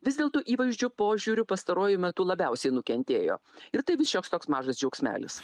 vis dėlto įvaizdžių požiūriu pastaruoju metu labiausiai nukentėjo ir tai vis šioks toks mažas džiaugsmelis